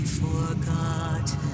forgotten